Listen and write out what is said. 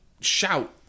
shout